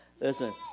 Listen